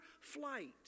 flight